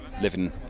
living